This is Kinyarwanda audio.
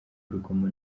urugomo